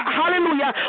hallelujah